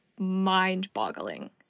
mind-boggling